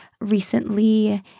recently